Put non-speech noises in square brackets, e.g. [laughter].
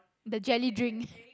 the jelly drink [laughs]